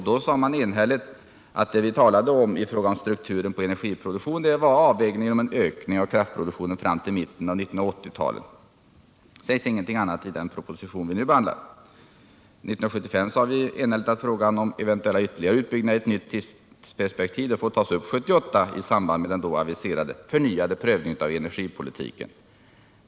Då sade vi enhälligt att det vi talade om i fråga om strukturen på energiproduktionen var avvägningen om en ökning av kraftproduktionen fram till mitten av 1980-talet. Det sägs ingenting annat i den proposition vi nu behandlar. År 1975 sade vi enhälligt att frågan om eventuella ytterligare utbyggnader i ett nytt tidsperspektiv får tas upp 1978 i samband med den då aviserade förnyade prövningen av energipolitiken.